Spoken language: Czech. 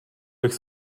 bych